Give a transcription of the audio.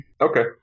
Okay